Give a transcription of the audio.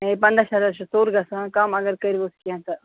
ہے پنٛداہ شَتھ حظ چھِ ژوٚر گژھان کَم اگر کٔرۍوُس کیٚنٛہہ تہٕ